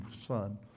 son